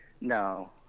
No